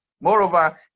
moreover